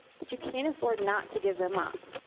but you can't afford not to give them up.